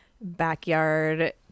backyard